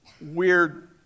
weird